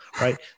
right